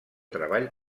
treball